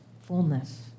fullness